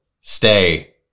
stay